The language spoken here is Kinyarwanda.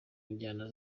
njyana